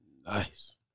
Nice